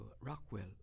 Rockwell